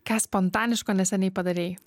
ką spontaniško neseniai padarei